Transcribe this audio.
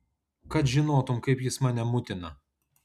kad žinotum kaip jis mane mutina